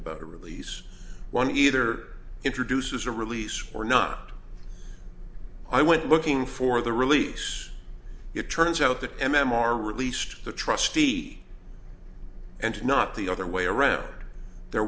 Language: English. about a release one either introduces a release or not i went looking for the release it turns out that m m r released the trustee and not the other way around there